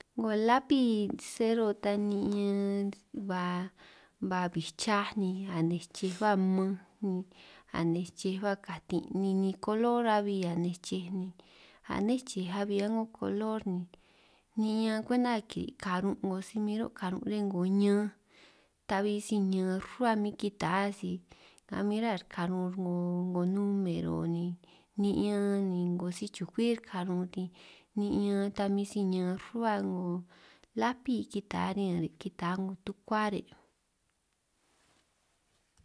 'Ngo lápi sero ta ni ba ba bij chaj ni ane chej ba mmanj ni, anej chej ba katin' ni ninin kolor abi anej chej ni ané chej abi a'ngo kolor, niñan kwenta kiri' karun' 'ngo si min ro' karun' riñan 'ngo ñanj tabi si ñaan rruhua mi si kita si a min rá re' karun re' 'ngo si-numero ni, ni'ñan ni 'ngo si chukwi' karun' ni ni'ñan ta min si ñaan rruhua 'ngo lápi kita riñan 'ngo tukuá re'.